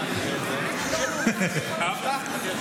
הכרת?